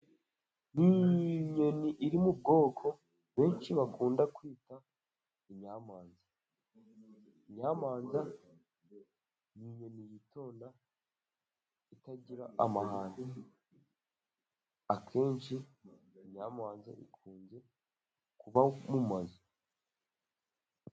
Ni inyoni iri mu bwoko benshi bakunda kwita inyamanza, inyamanza ni inyoni yitonda itagira amahane, akenshi ikunze kuba mu mazu.